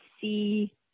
see